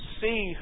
see